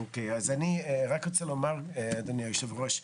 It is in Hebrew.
אני רק רוצה לומר, אדוני היושב-ראש,